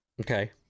okay